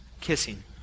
kissing